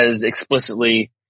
explicitly